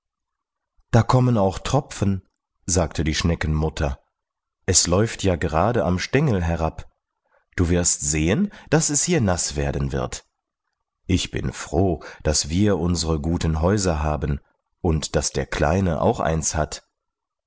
da kommen auch tropfen sagte die schneckenmutter es läuft ja gerade am stengel herab du wirst sehen daß es hier naß werden wird ich bin froh daß wir unsere guten häuser haben und daß der kleine auch eins hat